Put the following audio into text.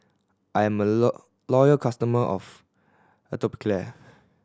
I'm a loyal customer of Atopiclair